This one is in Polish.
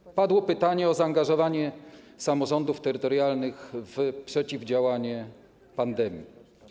Padło pytanie o zaangażowanie samorządów terytorialnych w przeciwdziałanie pandemii.